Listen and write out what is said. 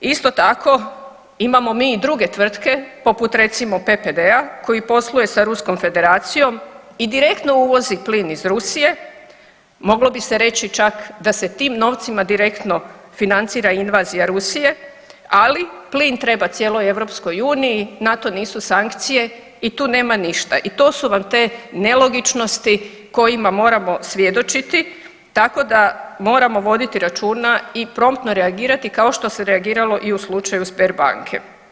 Isto tako imamo mi i druge tvrtke poput recimo PPD-a koji posluje sa Ruskom Federacijom i direktno uvozi plin iz Rusije, moglo bi se reći čak da se tim novcima direktno financira invazija Rusije, ali plin treba cijeloj EU, na to nisu sankcije i tu nema ništa i to su vam te nelogičnosti kojima moramo svjedočiti, tako da moramo voditi računa i promptno reagirati kao što se reagiralo i u slučaju Sberbanke.